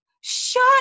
Shut